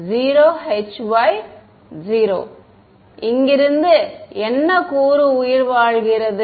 0 Hy 0 சரி இங்கிருந்து என்னென்ன கூறு உயிர்வாழ்கிறது